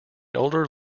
older